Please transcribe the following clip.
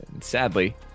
sadly